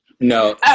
No